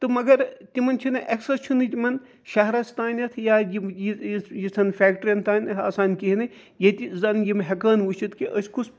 تہٕ مگر تِمَن چھُنہٕ ایٚکسَس چھُ نہٕ تِمَن شَہرَس تانیٚتھ یا یِژھَن فیٚکٹریَن تانۍ آسان کِہیٖنۍ نہٕ ییٚتہِ زَن یِم ہیٚکہٕ ہَن وٕچھَتھ زِ أسۍ